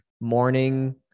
morning